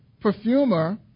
perfumer